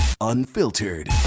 unfiltered